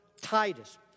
Titus